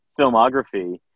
filmography